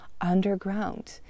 underground